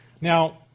Now